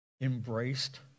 embraced